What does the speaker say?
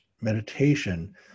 meditation